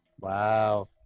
Wow